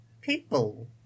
People